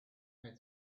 how